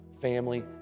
family